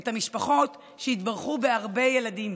את המשפחות שהתברכו בהרבה ילדים.